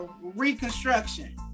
reconstruction